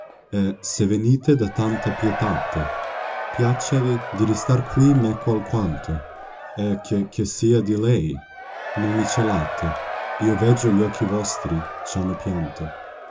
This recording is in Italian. e se venite da tanta pie tate piacciavi di ristar qui meco alquanto e che che sia di lei noi mi celate io veggio gli occhi vostri e hanno pianto